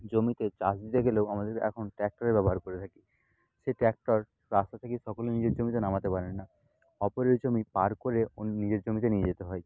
জমিতে চাষ দিতে গেলেও আমাদের এখন ট্র্যাক্টরের ব্যবহার করে থাকি সেই ট্র্যাক্টর রাস্তা থেকে সকলে নিজের জমিতে নামাতে পারে না অপরের জমি পার করে ওন নিজের জমিতে নিয়ে যেতে হয়